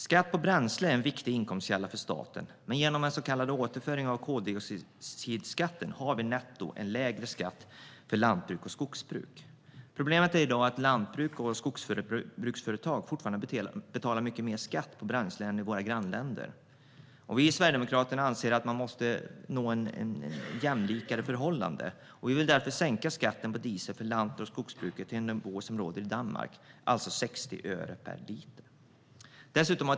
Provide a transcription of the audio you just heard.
Skatt på bränsle är en viktig inkomstkälla för staten, men genom så kallad återföring av koldioxidskatt har vi, netto, en lägre skatt för lantbruk och skogsbruk. Problemet i dag är att lantbruks och skogsbruksföretag fortfarande betalar mer skatt på bränsle än i våra grannländer. Vi i Sverigedemokraterna anser att vi måste nå ett jämlikare förhållande. Vi vill därför sänka skatten på diesel för lant och skogsbruket till den nivå som råder i Danmark, alltså 60 öre per liter.